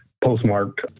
postmarked